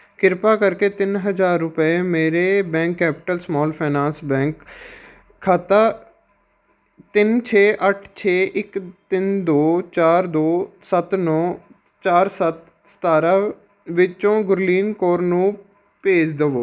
ਕ੍ਰਿਪਾ ਕਰਕੇ ਤਿੰਨ ਹਜ਼ਾਰ ਰੁਪਏ ਮੇਰੇ bank capital small finance bank ਖਾਤਾ ਤਿੰਨ ਛੇ ਅੱਠ ਛੇ ਇੱਕ ਤਿੰਨ ਦੋ ਚਾਰ ਸੱਤ ਨੌਂ ਚਾਰ ਸੱਤ ਸਤਾਰਾਂ ਵਿਚੋਂ ਗੁਰਲੀਨ ਕੌਰ ਨੂੰ ਭੇਜ ਦੇਵੋ